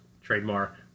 Trademark